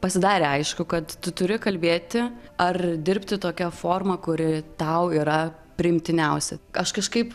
pasidarė aišku kad tu turi kalbėti ar dirbti tokia forma kuri tau yra priimtiniausia aš kažkaip